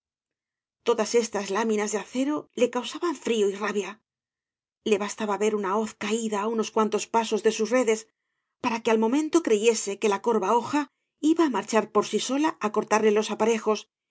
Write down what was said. todas estas láminas de acero le causaban frío y rabia le bastaba ver una hoz caída á unos cuantos pasos de sus redes para que al momento creyese que la corva hoja iba á marchar por sí sola á cortarle los aparejos